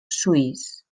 suís